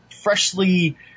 freshly